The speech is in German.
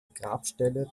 grabstelle